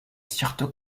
surtout